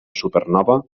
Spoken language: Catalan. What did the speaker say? supernova